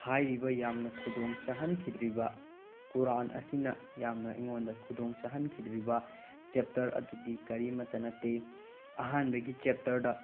ꯍꯥꯏꯔꯤꯕ ꯌꯥꯝꯅ ꯈꯨꯗꯣꯡ ꯆꯥꯍꯟꯈꯤꯗ꯭ꯔꯤꯕ ꯀꯨꯔꯥꯟ ꯑꯁꯤꯅ ꯌꯥꯝꯅ ꯑꯩꯉꯣꯟꯗ ꯈꯨꯗꯣꯡ ꯆꯥꯍꯟꯈꯤꯗ꯭ꯔꯤꯕ ꯆꯦꯞꯇꯔ ꯑꯗꯨꯗꯤ ꯀꯔꯤꯝꯇ ꯅꯠꯇꯦ ꯑꯍꯥꯟꯕꯒꯤ ꯆꯦꯞꯇꯔꯗ